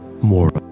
more